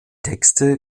texte